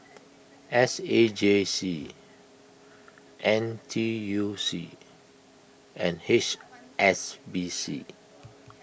S A J C N T U C and H S B C